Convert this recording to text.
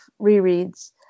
rereads